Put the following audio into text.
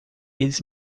eles